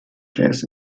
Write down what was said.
jazz